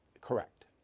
Correct